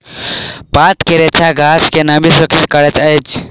पात के रेशा गाछ के नमी सुरक्षित करैत अछि